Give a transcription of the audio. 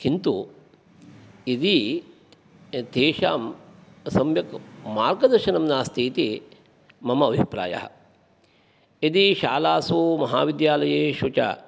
किन्तु यदि तेषां सम्यक् मार्गदर्शनं नास्ति इति मम अभिप्रायः यदि शालासु महाविद्यालयेषु च